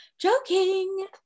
joking